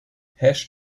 hash